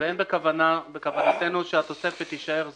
ואין בכוונתנו שהתוספת תישאר זמנית.